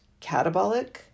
catabolic